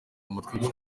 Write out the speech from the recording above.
ubukwe